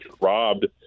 robbed